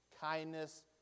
kindness